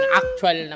actual